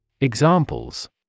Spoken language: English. Examples